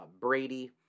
Brady